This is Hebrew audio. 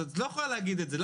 את לא יכולה להגיד את זה,